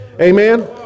Amen